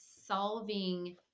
solving